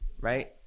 Right